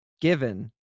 given